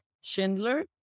Schindler